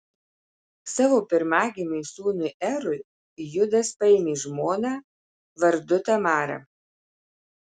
savo pirmagimiui sūnui erui judas paėmė žmoną vardu tamara